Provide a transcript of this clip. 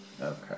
Okay